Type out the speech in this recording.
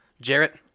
Jarrett